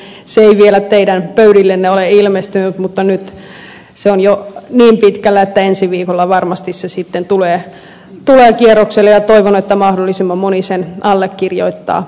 valitettavasti se ei vielä ole ilmestynyt teidän pöydillenne mutta nyt se on jo niin pitkällä että ensi viikolla se sitten varmasti tulee kierrokselle ja toivon että mahdollisimman moni sen allekirjoittaa